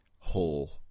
Whole